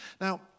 Now